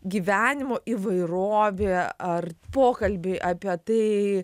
gyvenimo įvairovė ar pokalbiai apie tai